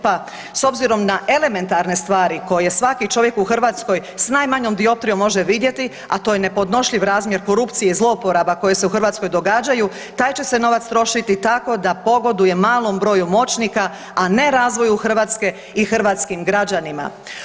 Pa s obzirom na elementarne stvari koje svaki čovjek u Hrvatskoj s najmanjom dioptrijom može vidjeti, a to je nepodnošljiv razmjer korupcije zlouporaba koje se u Hrvatskoj događaju taj će se novac trošiti tako da pogoduje malom broju moćnika a ne razvoju Hrvatske i hrvatskim građanima.